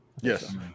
Yes